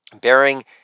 bearing